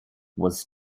was